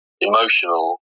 emotional